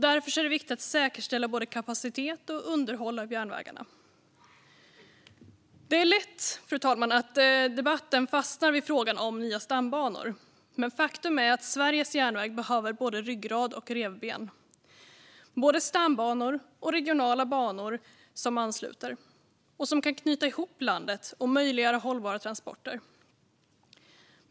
Därför är det viktigt att säkerställa både kapacitet och underhåll av järnvägarna. Det är lätt hänt, fru talman, att debatten fastnar i frågan om nya stambanor. Men faktum är att Sveriges järnväg behöver både ryggrad och revben - både stambanor och regionala banor som ansluter och kan knyta ihop landet och möjliggöra hållbara transporter.